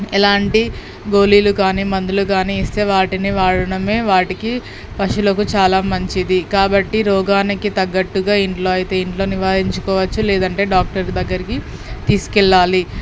ఎలాంటి గోళీలు కానీ మందులు కానీ ఇస్తే వాటిని వాడడమే వాటికి పశువులకు చాలా మంచిది కాబట్టి రోగానికి తగ్గట్టుగా ఇంట్లో అయితే ఇంట్లో నివారించుకోవచ్చు లేదంటే డాక్టర్ దగ్గరకి తీసుకెళ్ళాలి